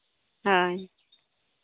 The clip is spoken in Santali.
ᱦᱳᱭ